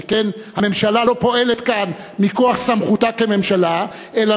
שכן הממשלה לא פועלת כאן מכוח סמכותה כממשלה אלא